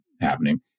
happening